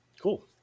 cool